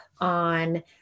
on